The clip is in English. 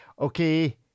Okay